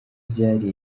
ryari